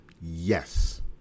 Yes